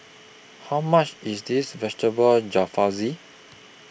How much IS Vegetable Jalfrezi